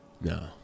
No